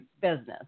business